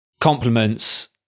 Compliments